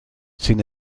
sin